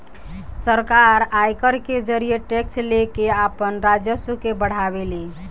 सरकार आयकर के जरिए टैक्स लेके आपन राजस्व के बढ़ावे ले